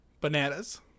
Bananas